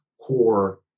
core